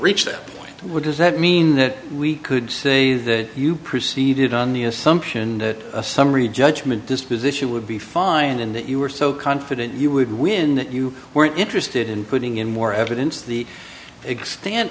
reach that point where does that mean that we could say that you proceeded on the assumption that a summary judgment disposition would be fine and that you were so confident you would win that you weren't interested in putting in more evidence the extent